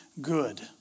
good